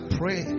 pray